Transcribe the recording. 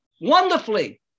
wonderfully